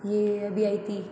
ये अभी आई थी